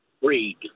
read